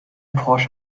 porsche